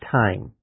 time